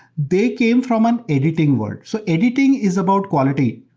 they came from an editing world. so editing is about quality.